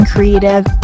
Creative